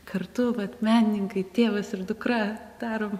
kartu vat menininkai tėvas ir dukra darom